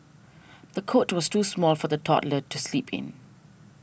the cot was too small for the toddler to sleeping